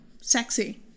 sexy